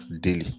daily